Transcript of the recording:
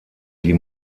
die